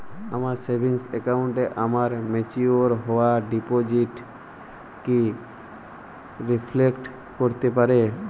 আমার সেভিংস অ্যাকাউন্টে আমার ম্যাচিওর হওয়া ডিপোজিট কি রিফ্লেক্ট করতে পারে?